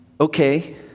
okay